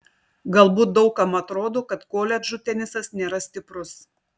galbūt daug kam atrodo kad koledžų tenisas nėra stiprus